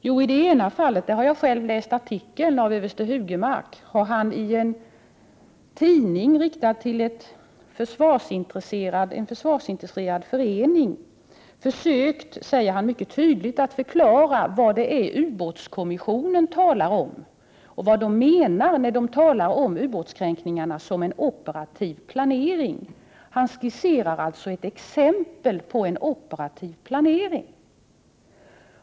Jo, i det ena fallet har överste Bo Hugemark — jag har själv läst den aktuella artikeln av honom i en tidning riktad till en försvarsintresserad förening — försökt förklara vad ubåtskommissionen menar när den talar om ubåtskränkningarna som inslag i en operativ planering. Det säger han mycket tydligt. Han skisserar ett exempel på en operativ planering.